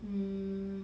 um